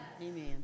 Amen